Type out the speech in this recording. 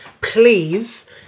please